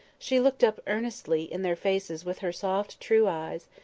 she looked up earnestly in their faces with her soft true eyes,